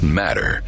matter